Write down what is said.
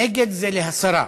ועדה, נגד, הסרה.